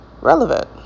relevant